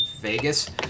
Vegas